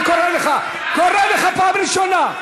קורא אותך פעם ראשונה.